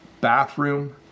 bathroom